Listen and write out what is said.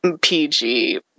pg